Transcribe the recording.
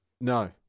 No